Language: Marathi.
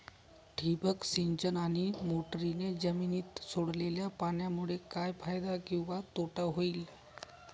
ठिबक सिंचन आणि मोटरीने जमिनीत सोडलेल्या पाण्यामुळे काय फायदा किंवा तोटा होईल?